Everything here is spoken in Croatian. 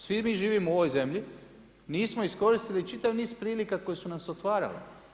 Svi mi živimo u ovoj zemlji, nismo iskoristili čitav niz prilika koje su nam se otvarale.